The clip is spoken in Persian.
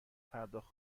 پرداخت